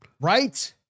Right